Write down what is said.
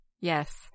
yes